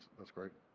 that's great.